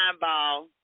ball